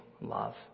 love